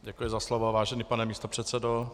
Děkuji za slovo, vážený pane místopředsedo.